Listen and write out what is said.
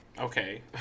okay